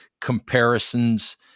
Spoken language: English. comparisons